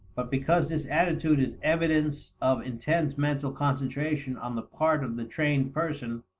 but because this attitude is evidence of intense mental concentration on the part of the trained person,